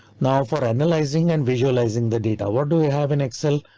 now for analyzing and visualizing the data, what do we have in excel?